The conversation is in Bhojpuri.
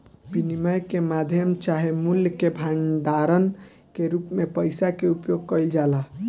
विनिमय के माध्यम चाहे मूल्य के भंडारण के रूप में पइसा के उपयोग कईल जाला